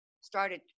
started